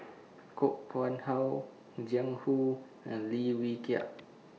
Koh Nguang How Jiang Hu and Lim Wee Kiak